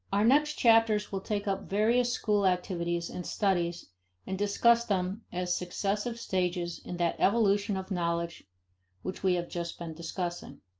our next chapters will take up various school activities and studies and discuss them as successive stages in that evolution of knowledge which we have just been discussing.